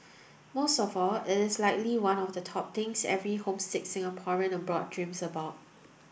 most of all it's likely one of the top things every homesick Singaporean abroad dreams about